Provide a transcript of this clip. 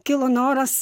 kilo noras